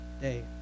day